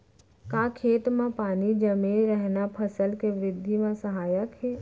का खेत म पानी जमे रहना फसल के वृद्धि म सहायक हे?